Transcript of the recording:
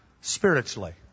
spiritually